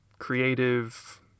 creative